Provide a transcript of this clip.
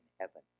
heaven